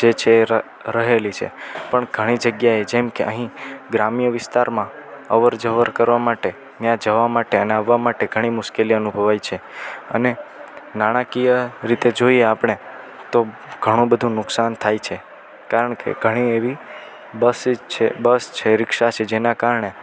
જે છે રહેલી છે પણ ઘણી જગ્યાએ જેમ કે અહીં ગ્રામ્ય વિસ્તારમાં અવરજવર કરવા માટે ત્યાં જવા માટેના આવવા માટે ઘણી મુશ્કેલી અનુભવાય છે અને નાણાકીય રીતે જોઈ આપણે તો ઘણું બધું નુકસાન થાય છે કારણ કે ઘણી એવી બસીસ છે બસ છે રીક્ષા છે જેના કારણે